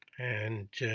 and